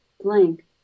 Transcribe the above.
blank